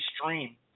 stream